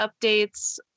updates